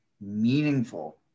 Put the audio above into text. Meaningful